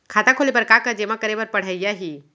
खाता खोले बर का का जेमा करे बर पढ़इया ही?